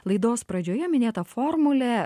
laidos pradžioje minėta formulė